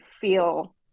feel